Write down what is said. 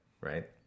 Right